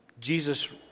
Jesus